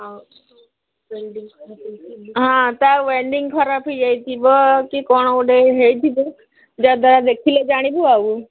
ହଉ ହଁ ତା ୱେଲଣ୍ଡିଙ୍ଗ ଖରାପ ହେଇଯାଇଥିବ କି କ'ଣ ଗୋଟେ ହେଇଥିବେ ଯଦ୍ୱାରା ଦେଖିଲେ ଜାଣିବୁ ଆଉ